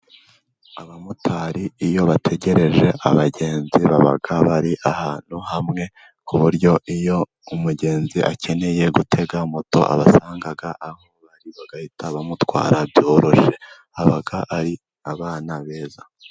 Abamotari iyo bategereje abagenzi baba bari ahantu hamwe, ku buryo iyo umugenzi akeneye gutega moto abasanga aho bari, bagahita bamutwara byoroshye, baba ari abana beza.